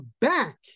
back